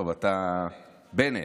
טוב, אתה, בנט.